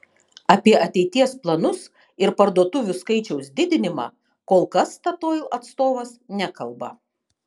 apie ateities planus ir parduotuvių skaičiaus didinimą kol kas statoil atstovas nekalba